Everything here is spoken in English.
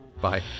bye